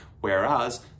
whereas